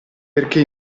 perché